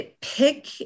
pick